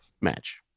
match